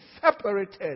separated